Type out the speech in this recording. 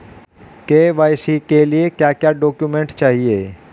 KYC के लिए क्या क्या डॉक्यूमेंट चाहिए?